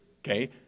Okay